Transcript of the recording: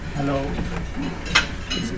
Hello